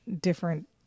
different